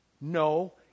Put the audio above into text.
no